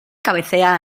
cabecea